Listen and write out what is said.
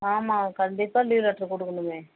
ஆமாம் கண்டிப்பாக leave letter கொடுக்கணுமே